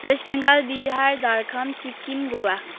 West Bengal Bihar Jharkhand Sikkim Goa